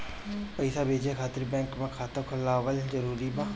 पईसा भेजे खातिर बैंक मे खाता खुलवाअल जरूरी बा?